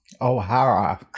o'hara